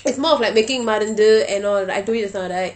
it's more of like making மருந்து:marunthu and all I told you just now right